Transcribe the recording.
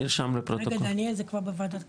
רגע דניאל, זה כבר בוועדת כספים?